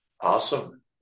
awesome